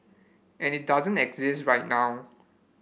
and it doesn't exist right now